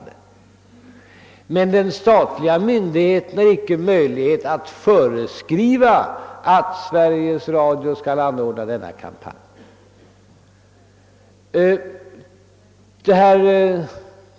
Den statliga myndigheten har emellertid icke möjlighet att föreskriva att Sveriges Radio skall anordna denna kampanj.